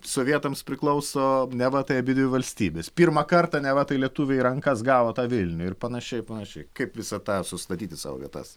sovietams priklauso neva tai abidvi valstybės pirmą kartą neva tai lietuviai į rankas gavo tą vilnių ir panašiai ir panašiai kaip visą tą sustatyt į savo vietas